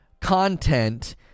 content